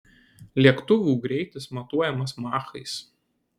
lėktuvų greitis matuojamas machais